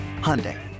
Hyundai